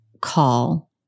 call